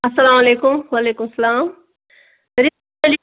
اَسَلامُ علیکُم وعلیکُم سَلام